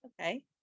okay